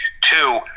two